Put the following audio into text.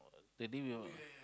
that day we were